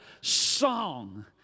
song